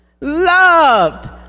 Loved